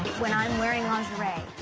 when i'm wearing lingerie,